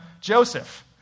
Joseph